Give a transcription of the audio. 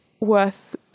worth